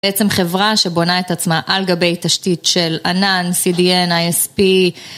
בעצם חברה שבונה את עצמה על גבי תשתית של ענן, CDN, ISP.